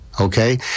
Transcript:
okay